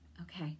Okay